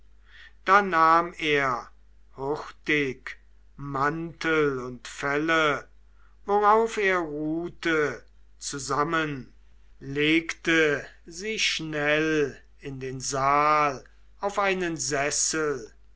da nahm er hurtig mantel und felle worauf er ruhte zusammen legte sie schnell in den saal auf einen sessel